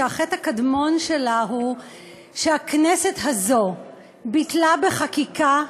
שהחטא הקדמון שלה הוא שהכנסת הזאת ביטלה בחקיקה,